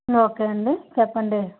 okay అండి చెప్పండి